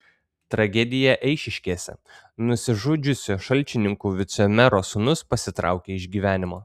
tragedija eišiškėse nusižudžiusio šalčininkų vicemero sūnus pasitraukė iš gyvenimo